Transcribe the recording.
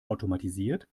automatisiert